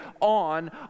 on